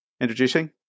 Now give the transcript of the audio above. Introducing